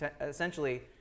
Essentially